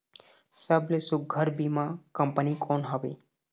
सबले सुघ्घर बीमा कंपनी कोन हवे?